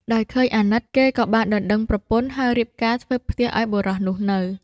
ដោយឃើញអាណិត គេក៏បានដណ្ដឹងប្រពន្ធ ហើយរៀបការធ្វើផ្ទះឱ្យបុរសនោះនៅ។